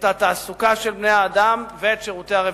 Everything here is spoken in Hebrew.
את התעסוקה של בני-האדם ואת שירותי הרווחה.